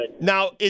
Now